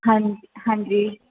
हां हांजी